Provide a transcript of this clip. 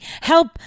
help